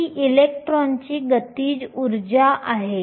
ही इलेक्ट्रॉनची गतीज ऊर्जा आहे